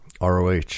ROH